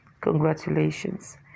Congratulations